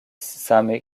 same